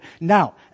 Now